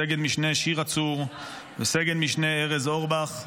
סגן משנה שירה צור וסגן משנה ארז אורבך.